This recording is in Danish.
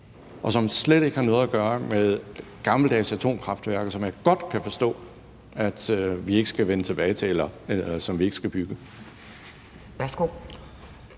og som slet ikke har noget at gøre med gammeldags atomkraftværker, som jeg godt kan forstå vi ikke skal bygge? Kl. 10:53 Anden